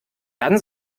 dann